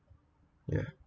ya